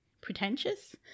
pretentious